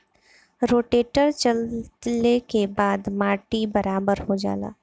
rotator चलले के बाद माटी बराबर हो जाला